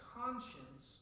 conscience